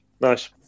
Nice